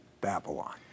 Babylon